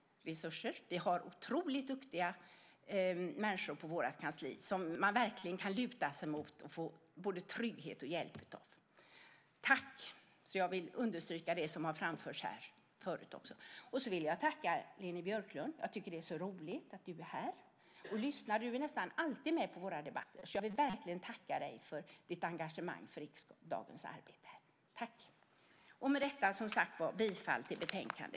Vi har vid vårt kansli oerhört duktiga personer som man verkligen kan luta sig mot och få både trygghet och hjälp av. Jag vill alltså understryka det som tidigare framförts. Slutligen vill jag även tacka Leni Björklund. Det är roligt att du är här och lyssnar. Du är nästan alltid med på våra debatter, och jag vill verkligen tacka dig för ditt engagemang för riksdagens arbete.